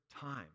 time